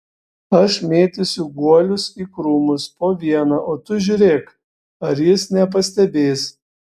aš mėtysiu guolius į krūmus po vieną o tu žiūrėk ar jis nepastebės